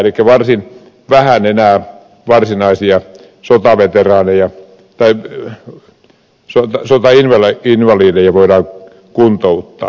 elikkä varsin vähän enää varsinaisia sotaveteraaneja teddyllä on jo iso väylälle sotainvalideja voidaan kuntouttaa